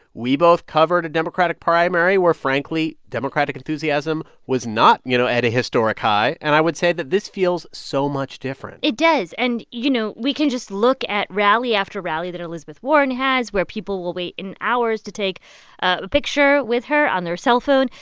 we both covered a democratic primary where, frankly, democratic enthusiasm was not, you know, at a historic high. and i would say that this feels so much different it does. and, you know, we can just look at rally after rally that elizabeth warren has, where people will wait in hours to take a picture with her on their cellphone.